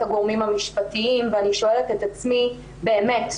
הגורמים המשפטיים ואני שואלת את עצמי באמת,